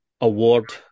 award